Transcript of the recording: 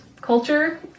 culture